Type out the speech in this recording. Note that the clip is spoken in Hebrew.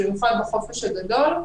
במיוחד בחופש הגדול.